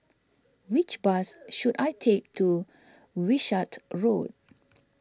which bus should I take to Wishart Road